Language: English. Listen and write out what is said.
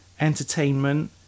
entertainment